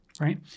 right